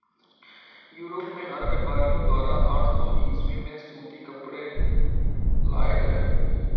Europe में अरब व्यापारियों द्वारा आठ सौ ईसवी में सूती कपड़े लाए गए